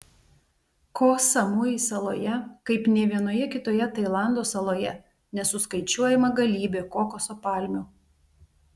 koh samui saloje kaip nė vienoje kitoje tailando saloje nesuskaičiuojama galybė kokoso palmių